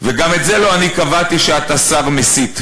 וגם את זה לא אני קבעתי, שאתה שר מסית,